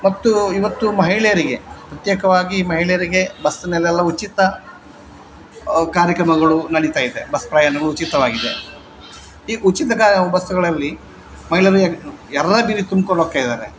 ಮತ್ತು ಇವತ್ತು ಮಹಿಳೆಯರಿಗೆ ಪ್ರತ್ಯೇಕವಾಗಿ ಮಹಿಳೆಯರಿಗೆ ಬಸ್ಸಿನಲ್ಲೆಲ್ಲ ಉಚಿತ ಕಾರ್ಯಕ್ರಮಗಳು ನಡಿತಾಯಿದೆ ಬಸ್ ಪ್ರಯಾಣಗಳು ಉಚಿತವಾಗಿದೆ ಈ ಉಚಿತ ಕ ಬಸ್ಸುಗಳಲ್ಲಿ ಮಹಿಳೆಯರು ಯರ್ರಾಬಿರ್ರಿ ತುಂಬ್ಕೊಂಡು ಹೋಗ್ತ ಇದ್ದಾರೆ